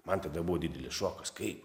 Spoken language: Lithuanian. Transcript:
man tada buvo didelis šokas kaip